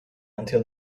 until